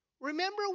Remember